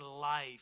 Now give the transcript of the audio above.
life